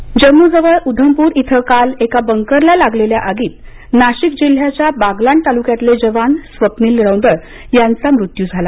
जवान मृत्यू जम्मूजवळ उधमपुर इथं काल एका बंकरला लागलेल्या आगीत नाशिक जिल्ह्याच्या बागलाण तालुक्यातले जवान स्वप्नील रौदळ यांचा मृत्यू झाला